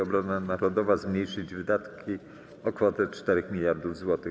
Obrona narodowa zmniejszyć wydatki o kwotę 4 mld zł.